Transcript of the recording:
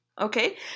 Okay